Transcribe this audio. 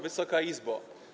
Wysoka Izbo!